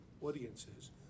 audiences